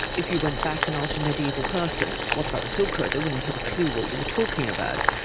if you went back and asked a mediaeval person, what about the silk road, they wouldn't have a clue what you were talking about.